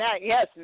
Yes